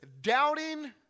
doubting